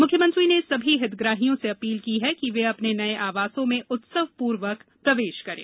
मुख्यमंत्री ने सभी हितग्राहियों से अपील की है कि ये अपने नए आवासों में उत्सव पूर्वक प्रवेश करें